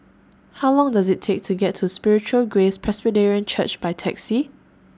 How Long Does IT Take to get to Spiritual Grace Presbyterian Church By Taxi